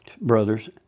brothers